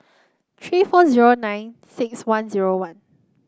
three four zero nine six one zero one